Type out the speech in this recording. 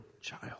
child